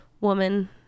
woman